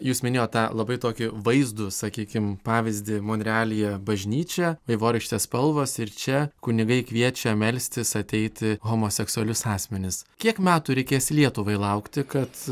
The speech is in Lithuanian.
jūs minėjot tą labai tokį vaizdų sakykim pavyzdį monrealyje bažnyčia vaivorykštės spalvos ir čia kunigai kviečia melstis ateiti homoseksualius asmenis kiek metų reikės lietuvai laukti kad